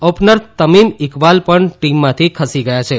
opener Tamim Iqbal પણ ટીમમાંથી ખસી ગયા છે